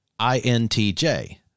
INTJ